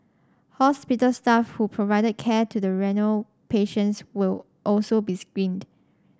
hospital staff who provided care to the renal patients will also be screened